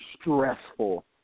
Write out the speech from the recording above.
stressful